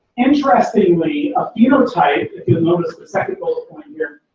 interestingly, a phenotype. if you'll notice the second bullet point here.